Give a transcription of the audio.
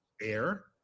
air